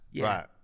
Right